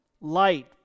light